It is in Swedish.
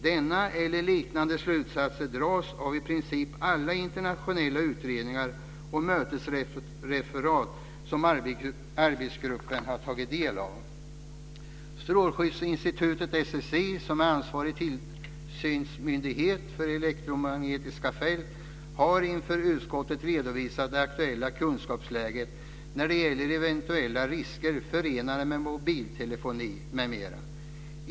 Dessa eller liknande slutsatser dras av i princip alla internationella utredningar och mötesreferat som arbetsgruppen har tagit del av. Strålskyddsinstitutet, SSI, som är ansvarig tillsynsmyndighet för elektromagnetiska fält, har inför utskottet redovisat det aktuella kunskapsläget när det gäller eventuella risker förenade med mobiltelefoni m.m.